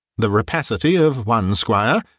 the rapacity of one squire,